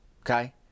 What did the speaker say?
Okay